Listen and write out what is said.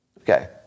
Okay